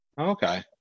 okay